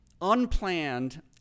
unplanned